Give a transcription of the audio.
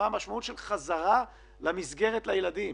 מה המשמעות של חזרה למסגרת לילדים,